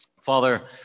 Father